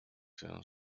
się